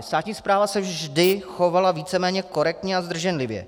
Státní správa se vždy chovala víceméně korektně a zdrženlivě.